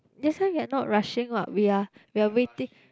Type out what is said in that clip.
that's why we're not rushing what we're we're waiting